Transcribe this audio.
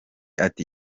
ati